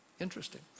Interesting